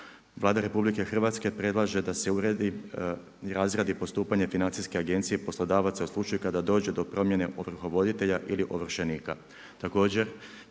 Vlada RH predlaže da se uredi i razradi postupanje financijske agencije i poslodavaca u slučaju kada dođe do promjene ovrhovoditelja ili ovršenika.